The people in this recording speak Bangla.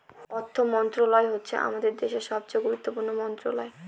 অর্থ মন্ত্রণালয় হচ্ছে আমাদের দেশের সবচেয়ে গুরুত্বপূর্ণ মন্ত্রণালয়